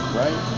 right